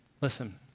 Listen